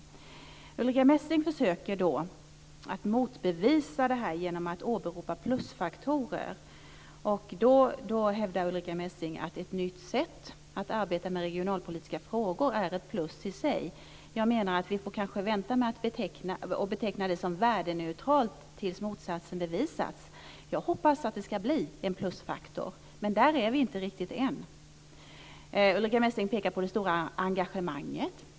Ulrica Messing försöker motbevisa genom att åberopa plusfaktorer. Hon hävdar att ett nytt sätt att arbeta med regionalpolitiska frågor är ett plus i sig. Jag menar att vi kanske får vänta med det och i stället beteckna det som värdeneutralt tills motsatsen bevisats. Jag hoppas att det blir en plusfaktor men där är vi ännu inte riktigt. Ulrica Messing pekar också på det stora engagemanget.